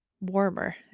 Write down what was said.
Warmer